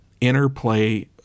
interplay